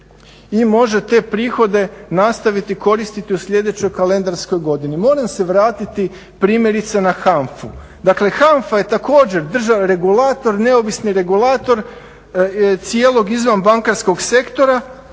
i može te prihode nastaviti koristiti u sljedećoj kalendarskoj godini. Moram se vratiti primjerice na HANFA-u. Dakle, HANFA je također neovisni regulator cijelog izvanbankarskog sektora